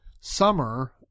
summer